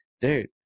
Dude